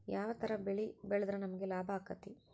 ಯಾವ ತರ ಬೆಳಿ ಬೆಳೆದ್ರ ನಮ್ಗ ಲಾಭ ಆಕ್ಕೆತಿ?